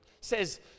says